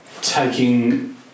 taking